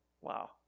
Wow